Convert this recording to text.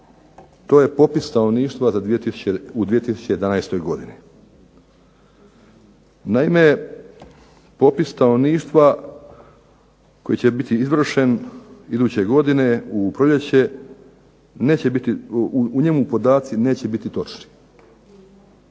to je popis stanovništva u 2011. godini. Naime, popis stanovništva koji će biti izvršen iduće godine u proljeće u njemu podaci neće biti točni.